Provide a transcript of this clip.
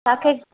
तव्हां खे